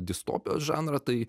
distopijos žanrą tai